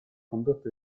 condotto